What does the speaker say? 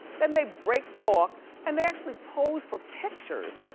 then they break talk and they actually pose for pictures.